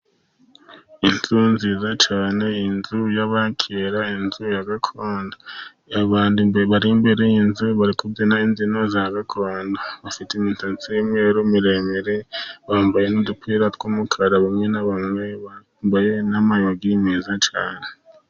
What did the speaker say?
Inzu nziza cyane, inzu y'abakira inzu ya gakondo abantu bari imbere y'inzu, bari kubyina imbyino za gakondo bafite imisatsi y'umweru miremire, bambaye n'udupira tw'umukara bamwe na bamwe, bambaye n'amayugi meza cyane.